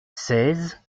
seize